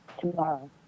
tomorrow